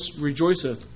rejoiceth